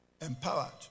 empowered